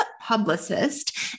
publicist